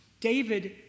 David